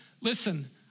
listen